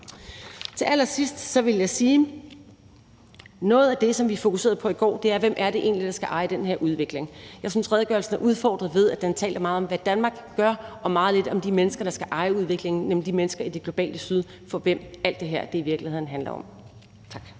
Til allersidst vil jeg sige, at noget af det, som vi fokuserede på i går, var, hvem det egentlig er, der skal eje den her udvikling. Jeg synes, at redegørelsen er udfordret af, at den taler meget om, hvad Danmark gør, og meget lidt om de mennesker, der skal eje udviklingen, nemlig de mennesker i det globale syd, som alt det her i virkeligheden handler om. Tak.